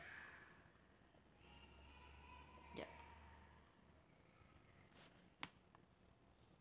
yup